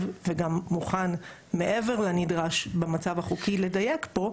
וגם מוכן מעבר לנדרש במצב החוקי לדייק פה,